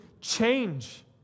change